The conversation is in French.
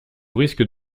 risques